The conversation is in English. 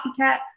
Copycat